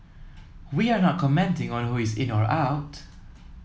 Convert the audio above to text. we are not commenting on who is in or out